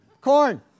Corn